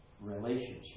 relationship